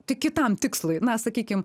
tik kitam tikslui na sakykim